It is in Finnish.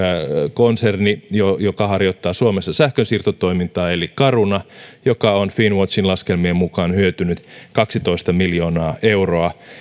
konserni joka joka harjoittaa suomessa sähkönsiirtotoimintaa eli caruna joka on finnwatchin laskelmien mukaan hyötynyt kaksitoista miljoonaa euroa